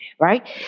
right